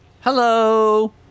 hello